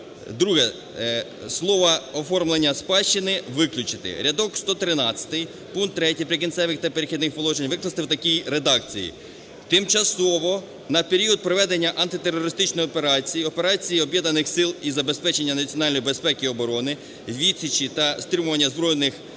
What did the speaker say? Друге. Слово "оформлення спадщини" виключити. Рядок 113, пункт 3 "Прикінцевих та перехідних положень" викласти в такій редакції. "Тимчасово на період проведення антитерористичної операції, Операції Об'єднаних сил із забезпечення національної безпеки і оборони, відсічі та стримування збройної